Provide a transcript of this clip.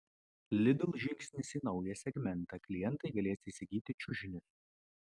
lidl žingsnis į naują segmentą klientai galės įsigyti čiužinius